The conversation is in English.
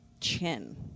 chin